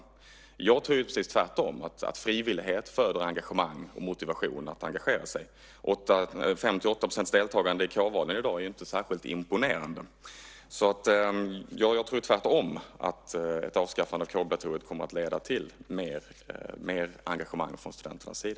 Jag tror att det är precis tvärtom, att frivillighet föder engagemang och motivation att engagera sig. Ett deltagande på 5-8 % i kårvalen i dag är inte särskilt imponerande. Jag tror tvärtom att ett avskaffande av kårobligatoriet kommer att leda till mer engagemang från studenternas sida.